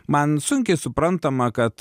man sunkiai suprantama kad